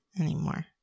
anymore